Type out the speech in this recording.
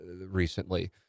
recently